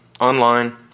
online